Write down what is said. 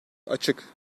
açık